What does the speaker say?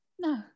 no